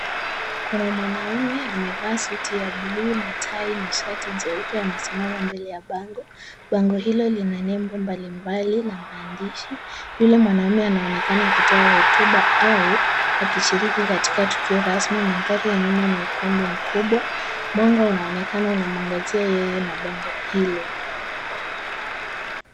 Kuna mwanaume amevaa suti ya bluu na tai na shati jeupe amesimama mbele ya bango, bango hilo lina nembo mbalimbali na maandishi. Yule mwanaume anaonekana akitoa hotuba au akishiriki katika tukio rasmi, mandhari ya nyuma ni ukumbi mkubwa, mwanga unaonekana unamwangazia yeye na bango hilo.